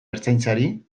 ertzaintzari